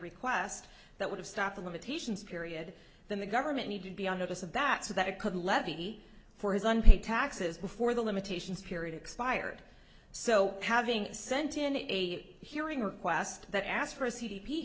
request that would have stopped the limitations period then the government need to be on notice of that so that it could levy for his unpaid taxes before the limitations period expired so having sent in a hearing request that asked for a c d p